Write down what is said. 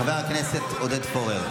חבר הכנסת עודד פורר.